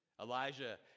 Elijah